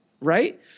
right